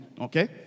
Okay